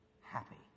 happy